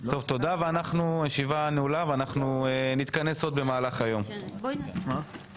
הישיבה ננעלה בשעה 10:12.